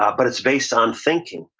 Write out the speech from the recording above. um but it's based on thinking.